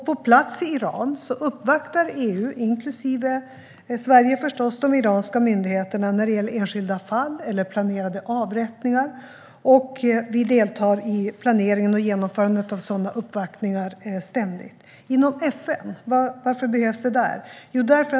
På plats i Iran uppvaktar EU, inklusive Sverige förstås, de iranska myndigheterna när det gäller enskilda fall eller planerade avrättningar. Vi deltar ständigt i planeringen och genomförandet av sådana uppvaktningar. Varför behövs detta inom FN?